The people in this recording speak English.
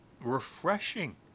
refreshing